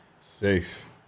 Safe